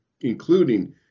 including